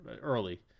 early